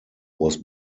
was